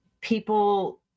people